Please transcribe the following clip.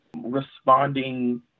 responding